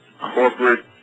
corporate